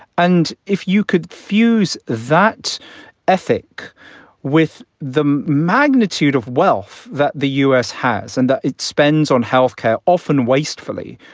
and if you could fuse that ethic with the magnitude of wealth that the us has and that it spends on health care, often wastefully,